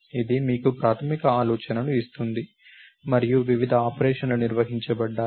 ఇది మీకు ప్రాథమిక ఆలోచనను ఇస్తుంది మరియు వివిధ ఆపరేషన్లు నిర్వహించబడ్డాయి